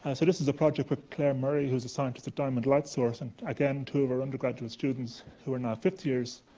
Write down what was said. ah so this is a project with claire murray, who is a scientist at diamond light source. and again, two of her undergraduate students who are and are fifth years.